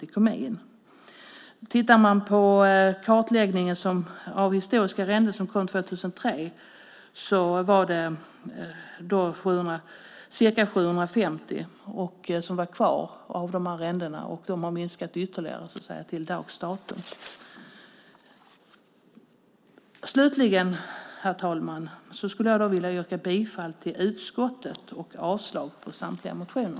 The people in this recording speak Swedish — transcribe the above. Enligt 2003 års kartläggning av historiska arrenden var det ca 750 som var kvar. De har minskat ytterligare till dags datum. Herr talman! Jag yrkar bifall till utskottets förslag och avslag på samtliga motioner.